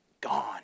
gone